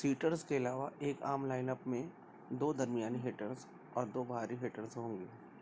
haters کے علاوہ ایک عام لائن اپ میں دو درمیانی ہٹرز اور دو باہری ہٹرز ہوں گے